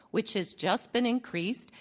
which has just been increased.